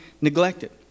neglected